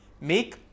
make